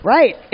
Right